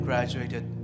Graduated